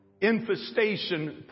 infestation